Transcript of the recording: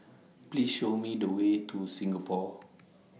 Please Show Me The Way to Singapore